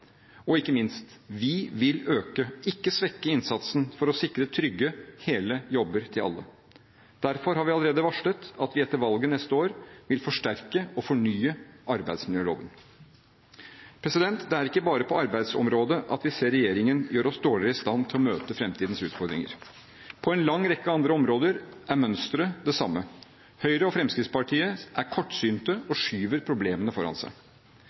Og ikke minst: Vi vil øke – ikke svekke – innsatsen for å sikre trygge, hele jobber til alle. Derfor har vi allerede varslet at vi etter valget neste år vil forsterke og fornye arbeidsmiljøloven. Det er ikke bare på arbeidsområdet vi ser at regjeringen gjør oss dårligere i stand til å møte framtidens utfordringer. På en lang rekke andre områder er mønsteret det samme: Høyre og Fremskrittspartiet er kortsynte og skyver problemene foran seg.